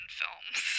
films